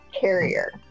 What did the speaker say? Carrier